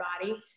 body